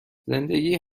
زندگی